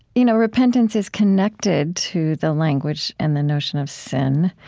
you know repentance is connected to the language and the notion of sin.